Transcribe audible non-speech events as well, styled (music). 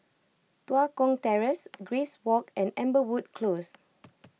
Tua Kong Terrace Grace Walk and Amberwood Close (noise)